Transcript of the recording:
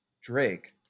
Drake